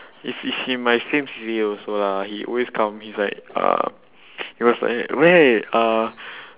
he's he's also in my same C_C_A also lah he always come he's like uh he was like wait uh